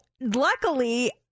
luckily